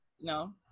No